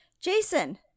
Jason